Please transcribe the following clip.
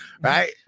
Right